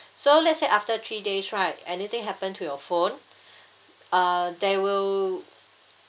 so let's say after three days right anything happen to your phone uh there will